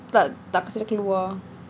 tak kasi dia keluar